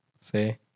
say